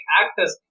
actors